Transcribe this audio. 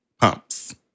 pumps